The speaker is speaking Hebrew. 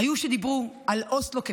היו שדיברו על אוסלו כפתרון,